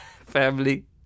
family